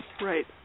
right